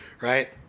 right